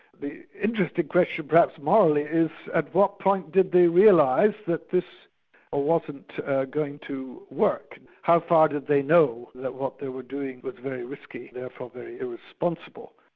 the interesting question perhaps morally is at what point did they realise that this wasn't going to work. how far did they know that what they were doing but very risky therefore very irresponsible?